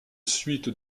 suite